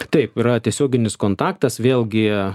taip yra tiesioginis kontaktas vėlgi